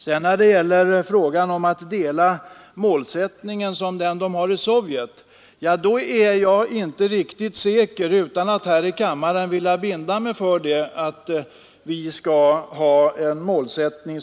När det sedan gäller frågan om att dela målsättningen som man har i Sovjet, är jag, utan att här i kammaren vilja binda mig på denna punkt, inte riktigt säker på att vi skall ha en sådan målsättning.